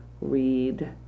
read